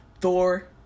thor